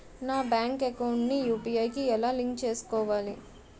నా bank account ని UPI కి ఎలా లింక్ చేసుకోవాలి?